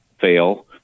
fail